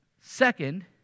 Second